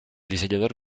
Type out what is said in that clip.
diseñador